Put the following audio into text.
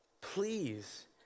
Please